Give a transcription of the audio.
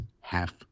half